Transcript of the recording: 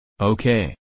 Okay